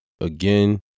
again